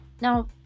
Now